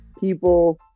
people